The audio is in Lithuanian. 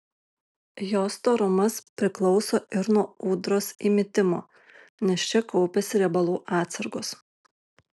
jos storumas priklauso ir nuo ūdros įmitimo nes čia kaupiasi riebalų atsargos